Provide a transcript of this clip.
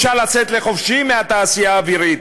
אפשר לצאת לחופשי מהתעשייה האווירית,